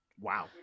wow